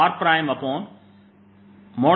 r r